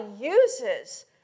uses